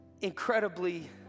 incredibly